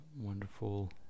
wonderful